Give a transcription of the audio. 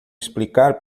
explicar